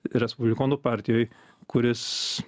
respublikonų partijoj kuris